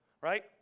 right